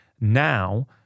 now